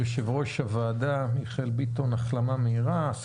ליושב ראש הוועדה מיכאל ביטון החלמה מהירה.